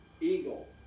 Eagle